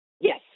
Yes